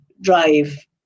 drive